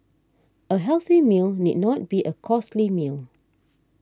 a healthy meal need not be a costly meal